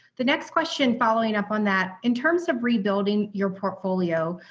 the next question following up on that, in terms of rebuilding your portfolio,